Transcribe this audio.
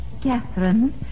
Catherine